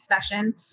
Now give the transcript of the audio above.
session